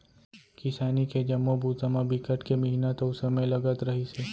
किसानी के जम्मो बूता म बिकट के मिहनत अउ समे लगत रहिस हे